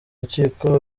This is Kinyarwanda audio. rukiko